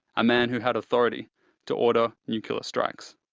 a man who had authority to order nuclear strikes.